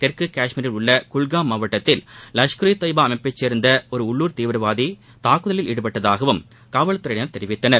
தெற்கு கஷ்மீரில் உள்ள குல்காம் மாவட்டத்தில் லஷ்கர் ஈ தொய்பா அமைப்பைச் சேர்ந்த ஒரு உள்ளூர் தீவிரவாதி தாக்குதலில் ஈடுபட்டதாகவும் காவல்துறையினர் தெரிவித்தனர்